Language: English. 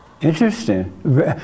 Interesting